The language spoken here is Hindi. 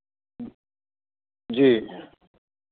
जी